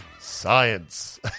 Science